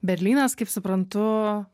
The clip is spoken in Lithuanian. berlynas kaip suprantu